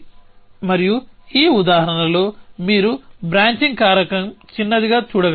మరియు ఈ ఉదాహరణలో మీరు బ్రాంచింగ్ కారకం చిన్నదిగా చూడగలరు